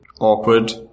awkward